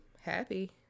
happy